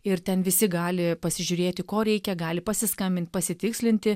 ir ten visi gali pasižiūrėti ko reikia gali pasiskambint pasitikslinti